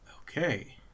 okay